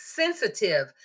sensitive